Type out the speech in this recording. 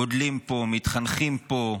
גדלים פה, מתחנכים פה,